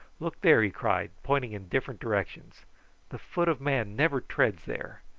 look there! he cried, pointing in different directions the foot of man never treads there.